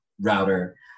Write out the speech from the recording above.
router